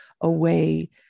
away